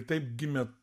taip gimė